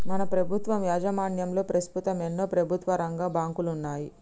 మన ప్రభుత్వం యాజమాన్యంలో పస్తుతం ఎన్నో ప్రభుత్వరంగ బాంకులున్నాయి